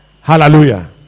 Hallelujah